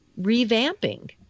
revamping